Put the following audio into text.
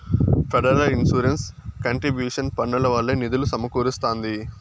federal insurance contribution పన్నుల వల్లే నిధులు సమకూరస్తాంది